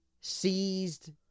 seized